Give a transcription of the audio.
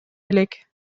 элек